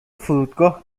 فرودگاه